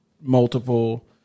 multiple